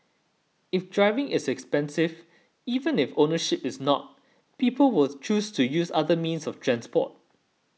if driving is expensive even if ownership is not people will choose to use other means of transport